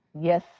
Yes